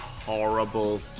Horrible